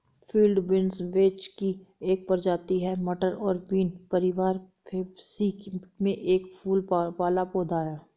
field beans vetch की एक प्रजाति है, मटर और बीन परिवार फैबेसी में एक फूल वाला पौधा है